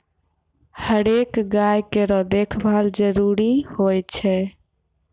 हरेक गाय केरो देखभाल जरूरी होय छै